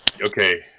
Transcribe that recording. okay